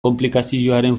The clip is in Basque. konplikazioaren